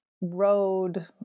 road